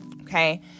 Okay